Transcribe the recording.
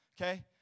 Okay